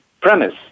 premise